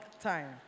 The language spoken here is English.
time